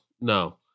No